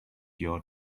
your